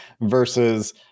versus